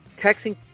texting